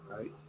Right